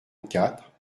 quatre